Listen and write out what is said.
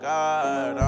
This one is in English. God